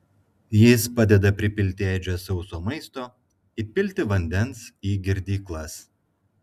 jis padeda pripilti ėdžias sauso maisto įpilti vandens į girdyklas